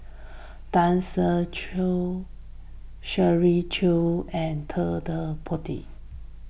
Tan Ser Cher Shirley Chew and Ted De Ponti